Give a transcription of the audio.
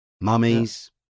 Mummies